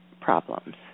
problems